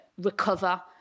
recover